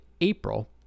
april